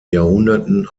jahrhunderten